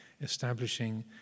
establishing